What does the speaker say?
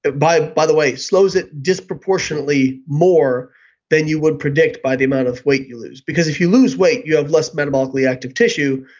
but by by the way slows it disproportionately more than you would predict by the amount of weight you lose. because if you lose weight you have less metabolically active tissue,